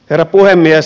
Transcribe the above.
herra puhemies